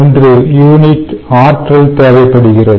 1 unit ஆற்றல் தேவைப்படுகிறது